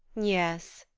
yes,